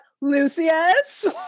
Lucius